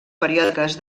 periòdiques